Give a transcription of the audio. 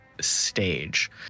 stage